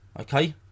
Okay